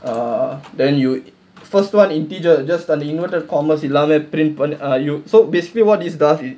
err then you first one integer just அந்த:antha inverted commas இல்லாம:illaama print பண்ணு:pannu you so basically what this does is